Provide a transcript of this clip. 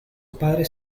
padres